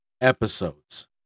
episodes